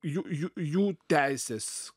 jų jų jų teisės